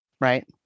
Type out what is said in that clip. Right